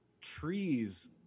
trees